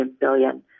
billion